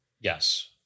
yes